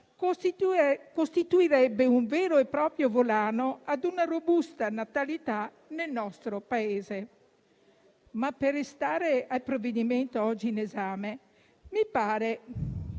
costituirebbe un vero e proprio volano per una robusta natalità nel nostro Paese. Per restare al provvedimento oggi in esame, mi pare